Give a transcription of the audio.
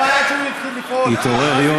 אנחנו נתעורר, למה?